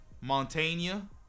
Montana